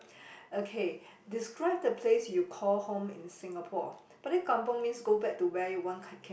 okay describe the place you called home in Singapore balik kampung means go back to where you want come came